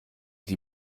die